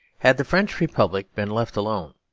had the french republic been left alone,